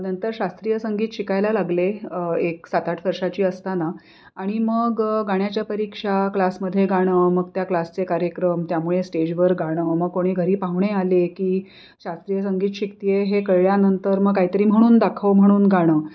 नंतर शास्त्रीय संगीत शिकायला लागले एक सात आठ वर्षांची असताना आणि मग गाण्याच्या परीक्षा क्लासमध्ये गाणं मग त्या क्लासचे कार्यक्रम त्यामुळे स्टेजवर गाणं मग कोणी घरी पाहुणे आले की शास्त्रीय संगीत शिकते आहे हे कळल्यानंतर मग काही तरी म्हणून दाखव म्हणून गाणं